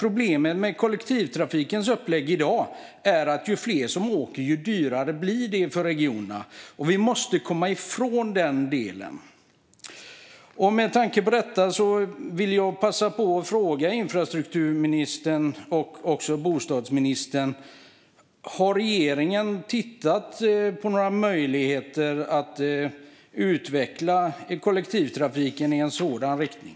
Problemet med kollektivtrafikens upplägg i dag är att ju fler som åker, desto dyrare blir det för regionerna. Och vi måste komma ifrån det. Med tanke på detta vill jag passa på att fråga infrastruktur och bostadsministern: Har regeringen tittat på några möjligheter att utveckla kollektivtrafiken i en sådan riktning?